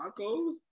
tacos